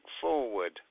forward